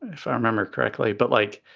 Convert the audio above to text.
if i remember correctly. but like,